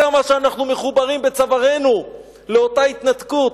כמה שאנחנו מחוברים בצווארנו לאותה התנתקות.